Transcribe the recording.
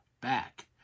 back